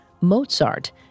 Mozart